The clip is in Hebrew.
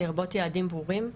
לרבות יעדים ברורים.